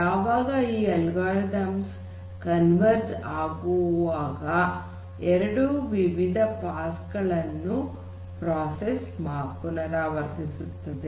ಯಾವಾಗ ಈ algorithms converge ಆಗುವಾಗ ಎರಡು ವಿವಿಧ ಪಾಸ್ ಗಳನ್ನು ಈ ಪ್ರಕ್ರಿಯೆ ಪುನರಾವರ್ತಿಸುತ್ತದೆ